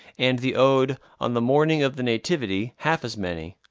and the ode on the morning of the nativity half as many.